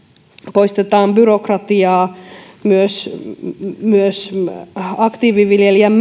poistetaan byrokratiaa myös myös aktiiviviljelijän